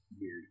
weird